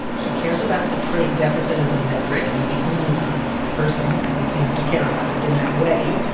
he cares about the trade deficit as a metric. he's the only person who seems to care about it in that way.